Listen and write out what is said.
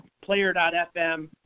Player.fm